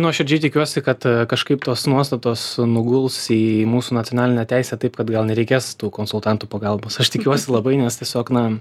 nuoširdžiai tikiuosi kad kažkaip tos nuostatos nuguls į mūsų nacionalinę teisę taip kad gal nereikės tų konsultantų pagalbos aš tikiuosi labai nes tiesiog na